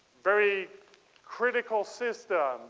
very critical systems.